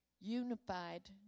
unified